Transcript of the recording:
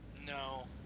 No